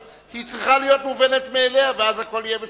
היא צריכה להיות מובנת מאליה, ואז הכול יהיה בסדר.